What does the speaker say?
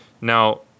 Now